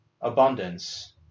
abundance